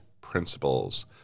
principles